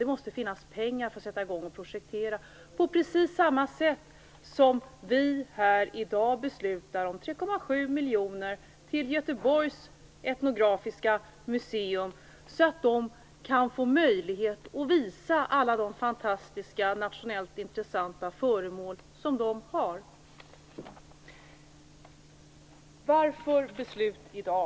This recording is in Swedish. Det måste finnas pengar för att sätt i gång och projektera, på precis samma sätt som vi i dag beslutar om 3,7 miljoner till Göteborgs etnografiska museum, så att det kan få möjlighet att visa alla de fantastiska, nationellt intressanta föremål som det har. Varför beslut i dag?